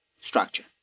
structure